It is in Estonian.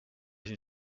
siin